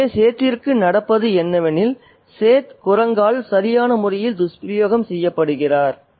எனவே சேத்திற்கு நடப்பது என்னவெனில் சேத் குரங்கால் சரியான முறையில் துஷ்பிரயோகம் செய்யப்படுகிறார்